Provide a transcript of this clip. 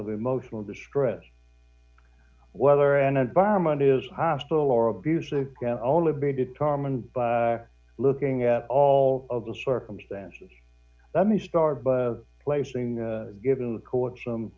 of emotional distress whether an advisement is hospital or abusive can only be determined by looking at all of the circumstances let me start by placing the given the court some